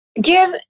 Give